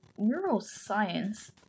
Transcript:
neuroscience